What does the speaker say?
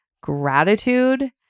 gratitude